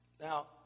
Now